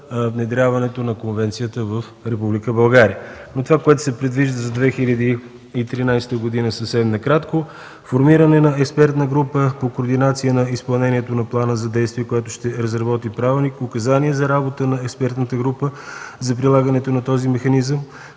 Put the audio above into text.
внедряването на конвенцията в Република България. Съвсем накратко по това, което се предвижда за 2013 г. Формиране на експертна група по координация на изпълнението на плана за действие, която ще разработи правилника, указание за работа на експертната група за прилагането на този механизъм.